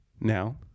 now